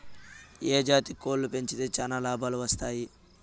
ఏ జాతి కోళ్లు పెంచితే చానా లాభాలు వస్తాయి?